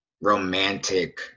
romantic